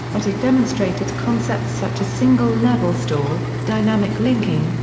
but it demonstrated concepts such as single level store, dynamic linking,